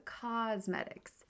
Cosmetics